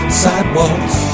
sidewalks